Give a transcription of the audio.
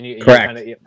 Correct